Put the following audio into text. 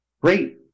great